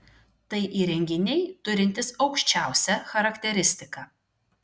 tai įrenginiai turintys aukščiausią charakteristiką